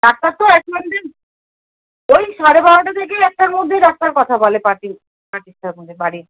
doctor তো আপনাদের ওই সাড়ে বারোটা থেকেই একটার মধ্যে ডাক্তার কথা বলেন পার্টির পার্টির সাথে আপনাদের বাড়ির